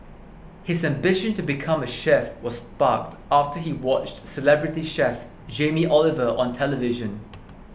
his ambition to become a chef was sparked after he watched celebrity chef Jamie Oliver on television